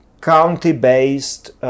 county-based